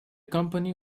company